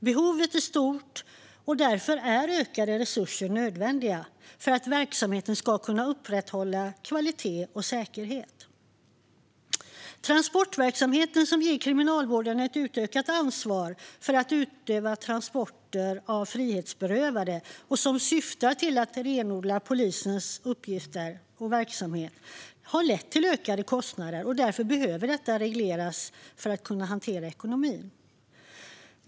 Behovet är stort, och därför är ökade resurser nödvändiga för att verksamheten ska kunna upprätthålla kvalitet och säkerhet. Transportverksamheten, som ger Kriminalvården ett utökat ansvar för att utföra transporter av frihetsberövade och som syftar till att renodla polisens uppgifter och verksamhet, har lett till ökade kostnader. Detta behöver regleras för att man ska kunna hantera ekonomin.